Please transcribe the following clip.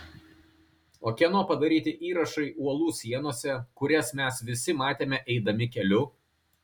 o kieno padaryti įrašai uolų sienose kurias mes visi matėme eidami keliu